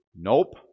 Nope